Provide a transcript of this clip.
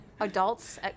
adults